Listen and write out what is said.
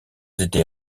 été